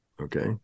okay